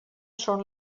són